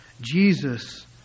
Jesus